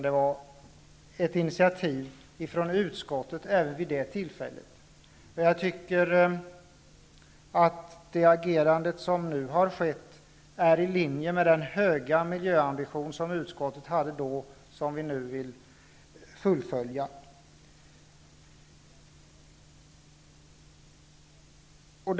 Det var även vid det tillfället ett initiativ från utskottet. Jag tycker att det agerande som nu har skett är i linje med den höga miljöambition som utskottet hade då. Den vill vi fullfölja nu.